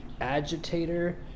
agitator